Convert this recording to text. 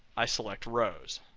i select rows.